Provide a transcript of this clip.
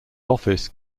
office